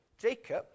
Jacob